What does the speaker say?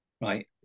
right